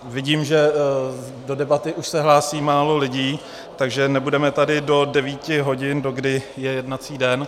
Vidím, že do debaty už se hlásí málo lidí, takže tu nebudeme do devíti hodin, dokdy je jednací den.